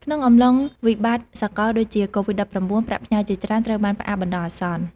ក្នុងអំឡុងវិបត្តិសកលដូចជា កូវីដ-១៩ ប្រាក់ផ្ញើជាច្រើនត្រូវបានផ្អាកបណ្តោះអាសន្ន។